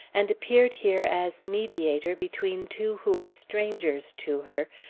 and appeared here as mediator between two who were strangers to her,